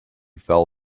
fell